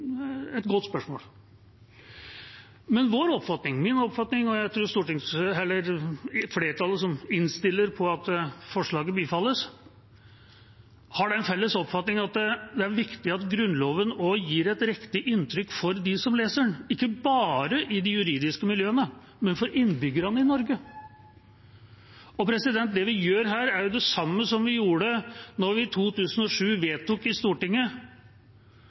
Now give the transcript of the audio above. et godt spørsmål. Men vår felles oppfatning – min oppfatning, og jeg tror flertallets, som innstiller på at forslaget bifalles – er at det er viktig at Grunnloven også gir et riktig inntrykk for dem som leser den, ikke bare i de juridiske miljøene, men for innbyggerne i Norge. Det vi gjør, er det samme som vi gjorde da vi i 2007 vedtok i Stortinget